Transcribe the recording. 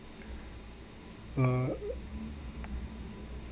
uh